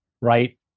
right